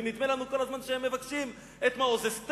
ונדמה לנו כל הזמן שהם מבקשים את מעוז-אסתר,